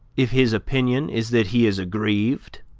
if his opinion is that he is aggrieved?